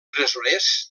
presoners